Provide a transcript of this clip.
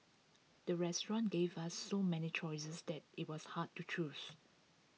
the restaurant gave ah so many choices that IT was hard to choose